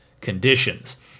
conditions